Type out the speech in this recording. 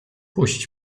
puść